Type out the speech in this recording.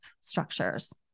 structures